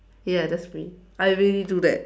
ya that's me I really do that